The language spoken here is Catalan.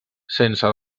sense